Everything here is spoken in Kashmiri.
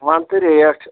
وَن تہٕ ریٹ